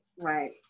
Right